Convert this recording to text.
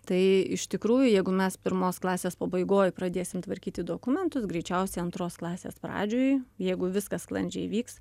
tai iš tikrųjų jeigu mes pirmos klasės pabaigoj pradėsim tvarkyti dokumentus greičiausiai antros klasės pradžioj jeigu viskas sklandžiai vyks